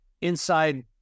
Inside